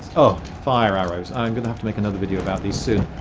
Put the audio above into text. oh, fire arrows. i'm going to have to make another video about these soon.